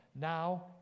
now